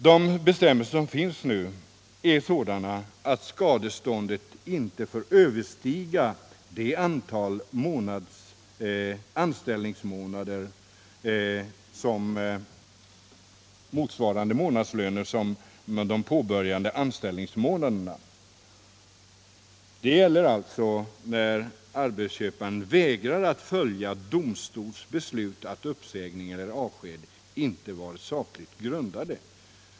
De bestämmelser som nu finns är sådana att skadeståndet inte får överstiga det antal månadslöner som motsvarar antalet påbörjade anställningsmånader. Det gäller alltså när arbetsköparen vägrar att följa domstols beslut att uppsägning eller avsked inte haft saklig grund.